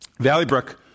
Valleybrook